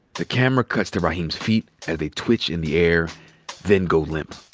the camera cuts to raheem's feet as they twitch in the air then go limp.